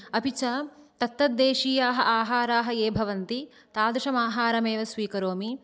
अपि च तत् तत् देशीयाः आहाराः ये भवन्ति तादृशम् आहारम् एव स्वीकरोमि